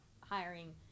hiring